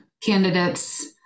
candidates